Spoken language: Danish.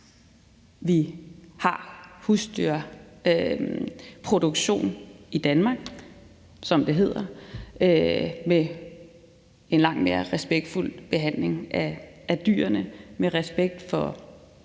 vi har husdyrproduktion, som det hedder, i Danmark på, med en lang mere respektfuld behandling af dyrene med respekt for, at